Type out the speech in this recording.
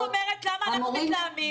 מה זאת אומרת למה אנחנו מתלהמים?